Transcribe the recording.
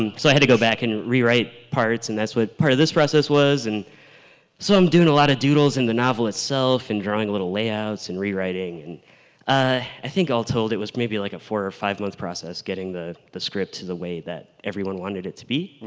so i had to go back and rewrite parts and that's what part of this process was. and so i'm doing a lot of doodles in the novel itself and drawing little layouts and rewriting. and ah i think all told it was maybe like a four or five month process getting the the script to the way that everyone wanted it to be.